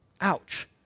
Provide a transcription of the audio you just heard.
Ouch